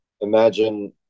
imagine